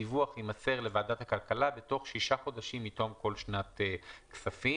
הדיווח יימסר לוועדת הכלכלה בתוך 6 חודשים מתום כל שנת כספים;